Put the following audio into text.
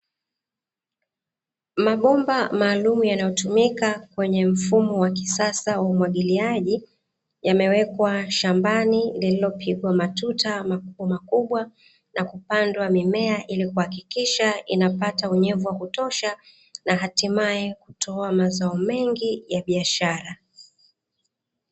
Mabomba maalum yanayotumika kwenye mfumo wa kisasa wa umwagiliaji, yamewekwa shambani lililopigwa matuta makubwa makubwa na kupandwa mimea, ili kuhakikisha inapata unyevu wa kutosha na hatimae kutoa mazao mengi ya biashara.